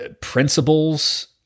principles